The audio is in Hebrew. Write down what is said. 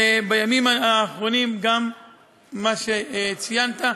ובימים האחרונים גם מה שציינת,